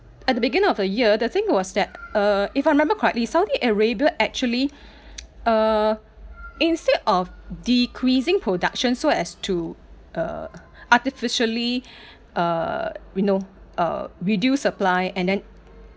at the beginning of the year the thing was that uh if I remember correctly saudi arabia actually uh instead of decreasing production so as to uh artificially uh we know uh reduce supply and then